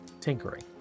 tinkering